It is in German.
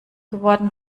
geworden